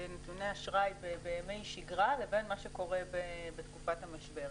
נתוני אשראי בימי שגרה לבין מה שקורה בתקופת המשבר.